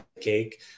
cake